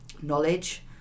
knowledge